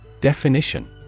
DEFINITION